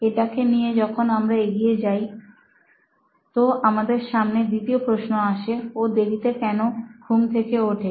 এটাকে নিয়ে যখন আমরা এগিয়ে যাই তো আমাদের সামনে দ্বিতীয় প্রশ্ন আসে ও দেরিতে কেন ঘুম থেকে ওঠে